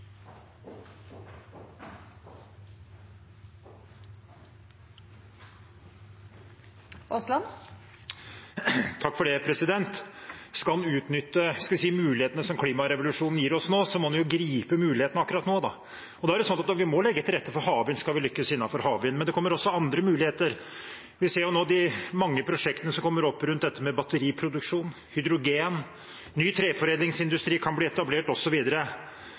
Skal vi utnytte, skal vi si, mulighetene som klimarevolusjonen gir oss, må vi gripe mulighetene akkurat nå, og skal vi lykkes innenfor havvind, må vi legge til rette for havvind. Men det kommer også andre muligheter. Vi ser nå de mange prosjektene som kommer opp rundt dette med batteriproduksjon og hydrogen, og ny treforedlingsindustri kan bli etablert